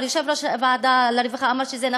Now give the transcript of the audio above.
אבל יושב-ראש ועדת הרווחה אמר שזה נכון,